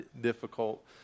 difficult